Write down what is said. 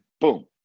boom